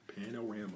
Panorama